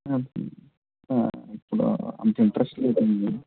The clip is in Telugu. ఇప్పుడు అంత ఇంట్రెస్ట్ లేదండి